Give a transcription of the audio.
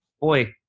boy